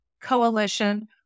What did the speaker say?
coalition